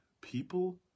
people